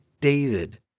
David